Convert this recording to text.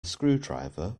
screwdriver